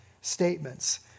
statements